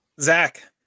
Zach